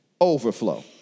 Overflow